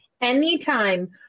Anytime